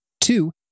Two